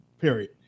period